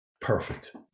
Perfect